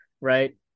right